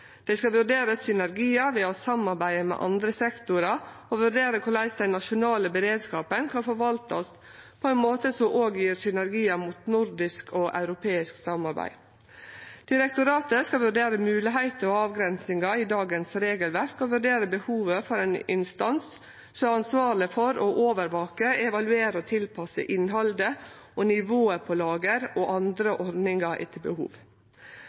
Dei skal vurdere synergiar ved å samarbeide med andre sektorar, og vurdere korleis den nasjonale beredskapen kan forvaltast på ein måte som òg gjev synergiar mot nordisk og europeisk samarbeid. Direktoratet skal vurdere mogelegheiter og avgrensingar i dagens regelverk og vurdere behovet for ein instans som er ansvarleg for å overvake, evaluere og tilpasse innhaldet og nivået på lager og andre ordningar etter behov.